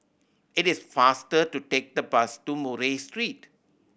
it is faster to take the bus to Murray Street